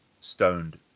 stoned